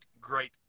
great